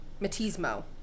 Matismo